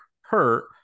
hurt